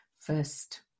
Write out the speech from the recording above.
first